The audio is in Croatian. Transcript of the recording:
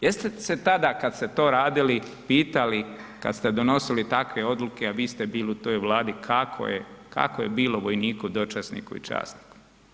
Jeste se tada, kada ste to radili pitali, kada ste donosili takve odluke a vi ste bili u toj Vladi kako je, kako je bilo vojniku, dočasniku i časniku.